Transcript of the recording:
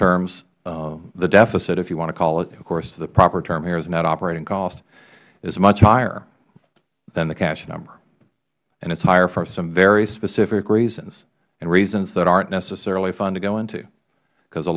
terms the deficit if you want to call it of course the proper term here is net operating cost is much higher than the cash number and it is higher for some very specific reasons and reasons that aren't necessarily fun to go into because a